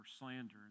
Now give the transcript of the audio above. slander